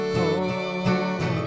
home